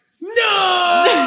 No